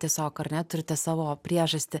tiesiog ar ne turite savo priežastį